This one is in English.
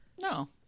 No